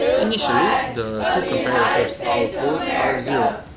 initially the two comparators outputs are zero,